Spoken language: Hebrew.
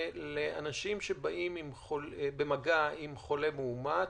לאנשים שבאים במגע עם חולה מאומת,